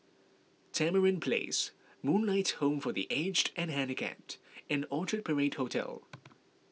Tamarind Place Moonlight Home for the Aged and Handicapped and Orchard Parade Hotel